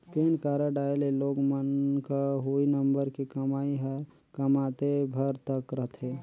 PAN card आए ले लोग मन क हुई नंबर के कमाई हर कमातेय भर तक रथे